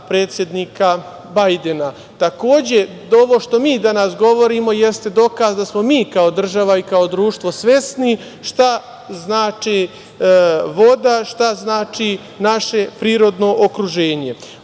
predsednika Bajdena. Takođe, ovo što mi danas govorimo jeste dokaz da smo mi kao država i kao društvo svesni šta znači voda, šta znači naše prirodno okruženje.U